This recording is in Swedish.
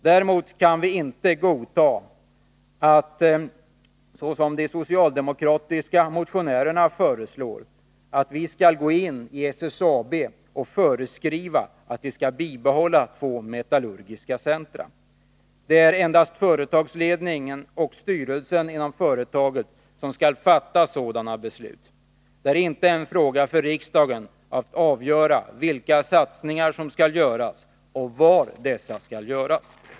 Vi kan inte godta att, som de socialdemokratiska motionärerna föreslår, riksdagen skall gå in i SSAB och föreskriva att SSAB skall bibehålla två metallurgiska centra. Det är endast företagsledningen och styrelsen inom 133 företaget som skall fatta sådana beslut. Det är inte en fråga för riksdagen att avgöra vilka satsningar som skall göras och var dessa skall göras.